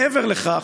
מעבר לכך,